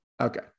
Okay